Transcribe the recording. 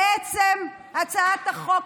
בעצם הצעת החוק,